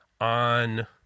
on